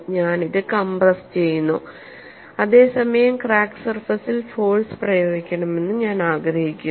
ഞാൻ ഇത് കംപ്രസ്സുചെയ്യുന്നു അതേസമയം ക്രാക്ക്ഡ് സർഫസിൽ ഫോഴ്സ് പ്രയോഗിക്കണമെന്ന് ഞാൻ ആഗ്രഹിക്കുന്നു